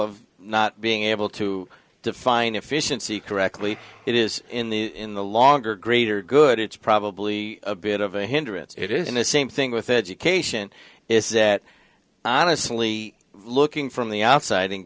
of not being able to define efficiency correctly it is in the in the longer greater good it's probably a bit of a hindrance it isn't the same thing with education is that honestly looking from the outside